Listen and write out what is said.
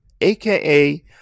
aka